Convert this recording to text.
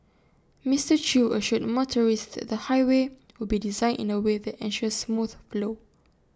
Mister chew assured motorists that the highway will be designed in A way that ensures smooth flow